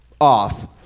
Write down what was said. off